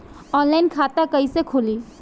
Online खाता कईसे खुलि?